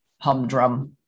humdrum